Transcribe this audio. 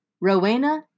Rowena